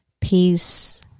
peace